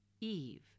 Eve